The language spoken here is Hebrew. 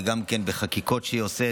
וגם חקיקות היא עושה.